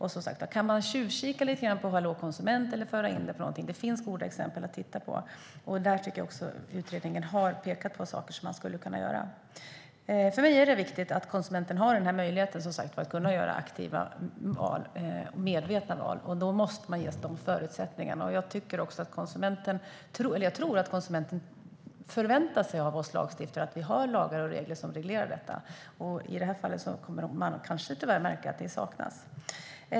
Kanske kan man tjuvkika lite grann på Hallå konsument eller föra in det någonstans. Det finns goda exempel att titta på, och där tycker jag att utredningen har pekat på saker som skulle kunna göras. För mig är det viktigt att konsumenten har möjlighet att göra aktiva och medvetna val, och då måste konsumenten ges de förutsättningarna. Jag tror också att konsumenten förväntar sig av oss lagstiftare att vi har lagar och regler som reglerar detta, och i det här fallet kommer man kanske tyvärr att märka att det saknas.